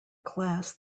class